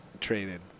traded